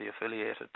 affiliated